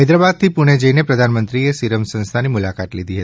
હૈદરાબાદથી પુણે જઈને પ્રધાનમંત્રીએ સીરમ સંસ્થાની મુલાકાત લીધી હતી